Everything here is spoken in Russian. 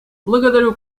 благодарю